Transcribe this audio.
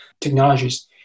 technologies